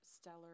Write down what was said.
stellar